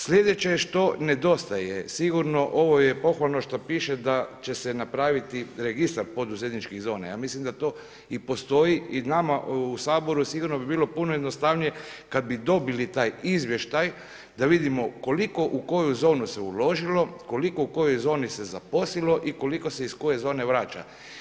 Slijedeće što nedostaje, sigurno ovo je pohvalno što piše da će se napraviti registra poduzetničkih zona, ja mislim da to i postoji i nama u Saboru sigurno bi bilo puno jednostavnije kad bi dobili taj izvještaj da vidimo koliko u koju zonu se uložilo, koliko u kojoj zoni se zaposlilo i koliko se iz koje zone vraća.